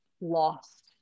lost